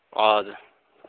हजुर